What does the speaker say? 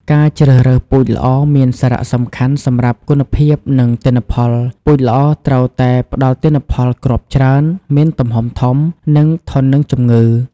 ការជ្រើសរើសពូជល្អមានសារៈសំខាន់សម្រាប់គុណភាព និងទិន្នផល ពូជល្អត្រូវតែ ផ្តល់ទិន្នផលគ្រាប់ច្រើន មានទំហំធំ និង ធន់នឹងជំងឺ។